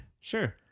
Sure